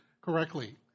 correctly